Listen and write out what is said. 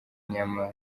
inyama